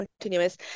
continuous